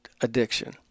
addiction